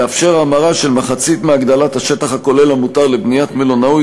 לאפשר המרה של מחצית מהגדלת השטח הכולל המותר לבניית מלונות,